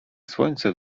słońce